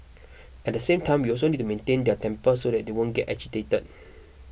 at the same time we also need to maintain their temper so that they won't get agitated